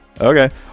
Okay